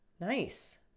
nice